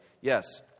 Yes